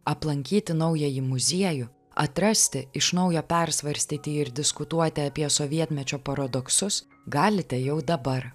aplankyti naująjį muziejų atrasti iš naujo persvarstyti ir diskutuoti apie sovietmečio paradoksus galite jau dabar